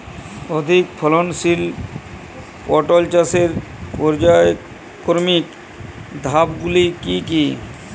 অধিক ফলনশীল পটল চাষের পর্যায়ক্রমিক ধাপগুলি কি কি?